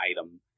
item